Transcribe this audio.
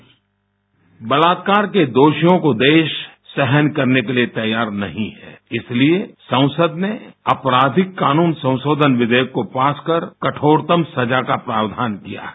bite बलात्कार के दोषियों को देश सहन करने के लिए तैयार नहीं है इसलिए संसद ने आपराधिक कानून संशोधन विधेयक को पास कर कठोरतम सजा का प्रावधान किया है